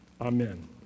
amen